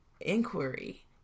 inquiry